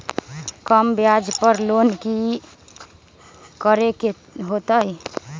कम ब्याज पर लोन की करे के होतई?